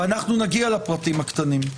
ואנחנו נגיע לפרטים הקטנים,